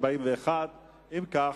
41. אם כך,